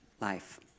life